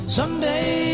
Someday